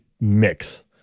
mix